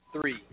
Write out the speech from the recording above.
three